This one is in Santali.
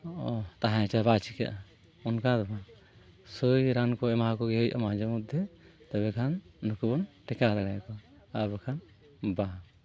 ᱚ ᱛᱟᱦᱮᱸ ᱦᱚᱪᱚᱣᱟᱱ ᱵᱟᱭ ᱪᱤᱠᱟᱹᱜᱼᱟ ᱚᱱᱠᱟ ᱫᱚ ᱵᱟᱝ ᱥᱳᱭ ᱨᱟᱱ ᱠᱚ ᱮᱢᱟᱣᱟᱠᱚ ᱜᱮ ᱦᱩᱭᱩᱜᱼᱟ ᱢᱟᱡᱷᱮ ᱢᱚᱫᱽᱫᱷᱮ ᱛᱚᱵᱮ ᱠᱷᱟᱱ ᱱᱩᱠᱩ ᱵᱚᱱ ᱴᱮᱠᱟᱣ ᱫᱟᱲᱮᱭᱟᱠᱚᱣᱟ ᱟᱨ ᱵᱟᱠᱷᱟᱱ ᱵᱟᱝ